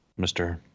Mr